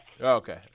Okay